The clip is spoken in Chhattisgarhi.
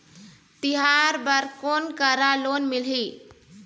तिहार बर कोन करा लोन मिलही?